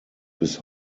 bis